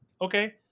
Okay